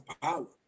power